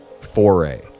foray